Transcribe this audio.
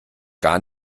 gar